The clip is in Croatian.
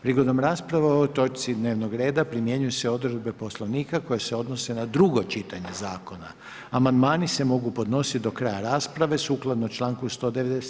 Prigodom rasprave o ovoj točci dnevnoga reda primjenjuju se odredbe Poslovnika koje se odnose na drugo čitanje zakona Amandmani se mogu podnositi do kraja rasprave sukladno članku 197.